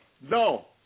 no